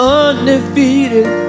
undefeated